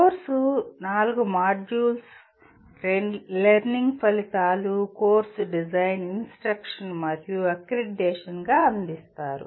కోర్సును 4 modules learning ఫలితాలు course design instruction మరియు అక్రిడిటేషన్గా అందిస్తారు